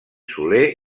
soler